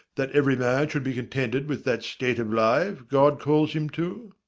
that every man should be contented with that state of life god calls him to?